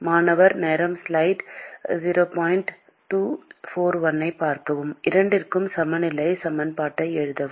மாணவர் இரண்டிற்கும் சமநிலை சமன்பாட்டை எழுதவும்